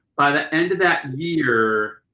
by the end of that year